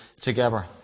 together